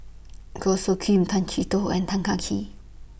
Goh Soo Khim Tay Chee Toh and Tan Kah Kee